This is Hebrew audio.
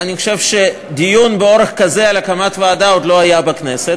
אני חושב שדיון באורך כזה על הקמת ועדה עוד לא היה בכנסת.